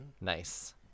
Nice